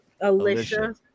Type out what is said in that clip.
Alicia